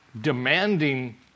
demanding